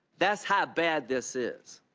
that's how bad this is.